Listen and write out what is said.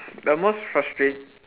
the most frustrate~